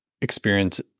experience